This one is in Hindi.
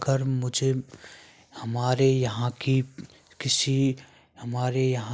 अगर मुझे हमारे यहाँ की किसी हमारे यहाँ